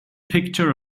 picture